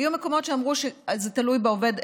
היו מקומות שזה תלוי בעובד,